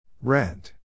Rent